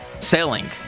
sailing